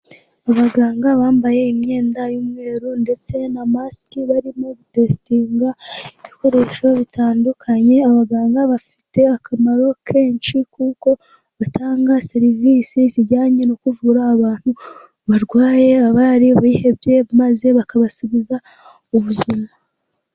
Abaganga bambaye imyenda y'umweru ndetse na masike, barimo gu gutestinga ibikoresho bitandukanye, abaganga bafite akamaro kenshi kuko batanga serivisi zijyanye no kuvura abantu barwaye, abari bihebye maze bakabasubiza ubuzima.